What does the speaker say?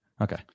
okay